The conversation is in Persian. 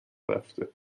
رفته